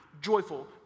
joyful